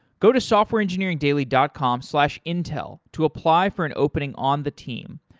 go to softwareengineeringdaily dot com slash intel to apply for an opening on the team.